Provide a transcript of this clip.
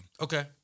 Okay